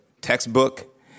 textbook